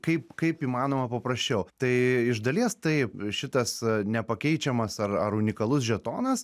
kaip kaip įmanoma paprasčiau tai iš dalies taip šitas nepakeičiamas ar ar unikalus žetonas